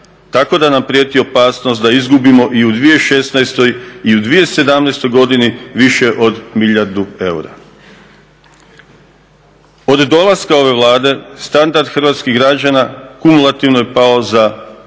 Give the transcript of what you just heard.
tako da nam prijeti opasnost da izgubimo u 2016. i u 2017. godini više od milijardu eura. Od dolaska ove Vlade standard hrvatskih građana kumulativno je pao za 10%